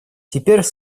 теперь